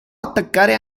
attaccare